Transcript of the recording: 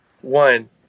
one